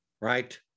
Right